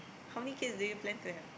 how many kids do you plan to have